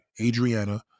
adriana